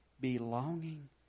belonging